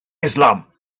islam